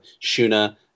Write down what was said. Shuna